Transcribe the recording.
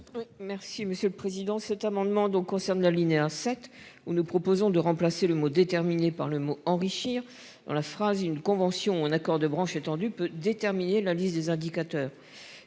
merci monsieur le Président, cet amendement donc concerne la un set où nous proposons de remplacer le mot déterminé par le mot enrichir dans la phrase une convention, un accord de branche étendu peut déterminer la liste des indicateurs